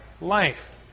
life